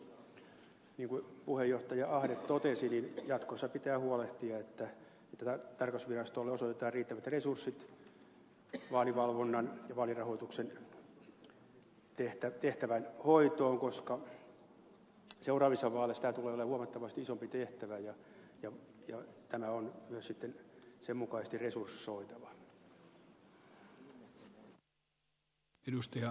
niin kuin puheenjohtaja ahde totesi jatkossa pitää huolehtia että tarkastusvirastolle osoitetaan riittävät resurssit vaalivalvonnan ja vaalirahoituksen tehtävän hoitoon koska seuraavissa vaaleissa tämä tulee olemaan huomattavasti isompi tehtävä ja tämä on myös sitten sen mukaisesti resursoitava